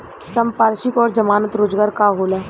संपार्श्विक और जमानत रोजगार का होला?